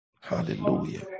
Hallelujah